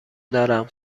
دارم